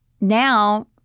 now